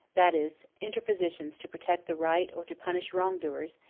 that is, interpositions to protect the right or to punish wrong-doers,